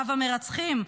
רב המרצחים,